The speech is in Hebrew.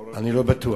לא רק --- אני לא בטוח.